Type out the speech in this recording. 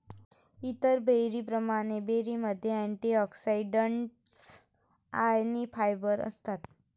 इतर बेरींप्रमाणे, बेरीमध्ये अँटिऑक्सिडंट्स आणि फायबर असतात